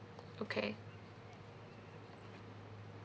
okay